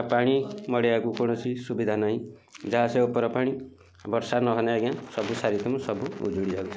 ଆଉ ପାଣି ମଡ଼ାଇବାକୁ କିଛି ସୁବିଧା ନାହିଁ ଯାହା ସେ ଉପର ପାଣି ବର୍ଷା ନହେଲେ ଆଜ୍ଞା ସବୁ ସାରି ସବୁ ଉଜୁଡ଼ି ଯାଇଛି